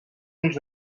ulls